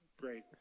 great